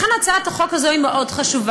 לכן, הצעת החוק הזאת היא מאוד חשובה.